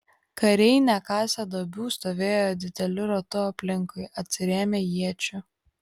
kariai nekasę duobių stovėjo dideliu ratu aplinkui atsirėmę iečių